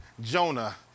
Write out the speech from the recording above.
Jonah